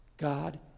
God